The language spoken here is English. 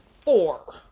four